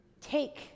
take